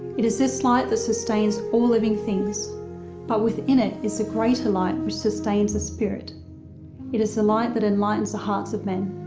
it is this light that sustains all living things but within it is a greater light which sustains the spirit it is the light that enlightens the hearts of men.